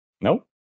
Nope